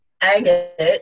agate